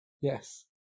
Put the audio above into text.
Yes